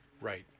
Right